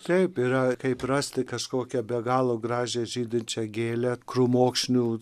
taip yra kaip rasti kažkokią be galo gražią žydinčią gėlę krūmokšnių